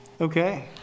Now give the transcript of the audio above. okay